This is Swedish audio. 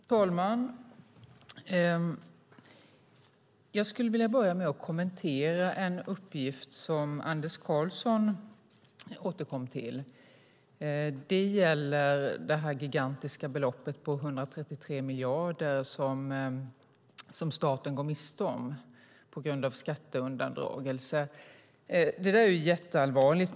Fru talman! Jag skulle vilja börja med att kommentera en uppgift som Anders Karlsson återkom till. Det gäller det gigantiska beloppet 133 miljarder som staten går miste om på grund av skatteundandragelse. Det är jätteallvarligt.